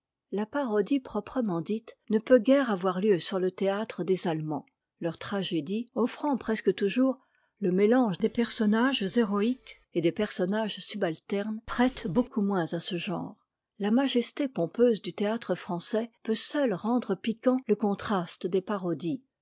la parodie proprement dite ne peut guère avoir lieu sur le théâtre des allemands leurs tragédies offrant presque toujours le métange des personnages héroïques et des personnages subalternes prêtent beaucoup moins à ce genre la majesté pompeuse du théâtre français peut seule rendre piquant le contraste des parodies